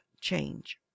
change